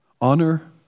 Honor